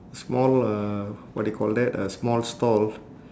small uh what do you call that a small stall